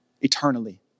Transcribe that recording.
eternally